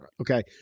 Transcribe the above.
Okay